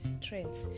strengths